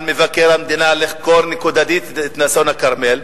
מבקר המדינה לחקור נקודתית את אסון הכרמל,